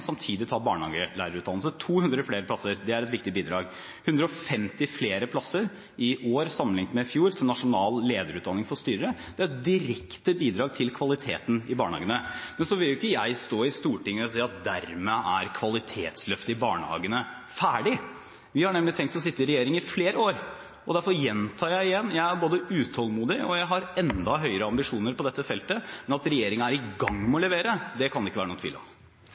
samtidig som de tar barnehagelærerutdannelse. 200 flere plasser er et viktig bidrag. Det er 150 flere plasser i år sammenliknet med i fjor til nasjonal lederutdanning for styrere i barnehager. Det er et direkte bidrag til kvaliteten i barnehagene. Jeg vil ikke stå i Stortinget og si at dermed er kvalitetsløftet i barnehagene ferdig. Vi har nemlig tenkt å sitte i regjering i flere år, og derfor gjentar jeg: Jeg er både utålmodig og har enda høyere ambisjoner på dette feltet, men at regjeringen er i gang med å levere – det kan det ikke være noen tvil om.